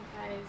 guys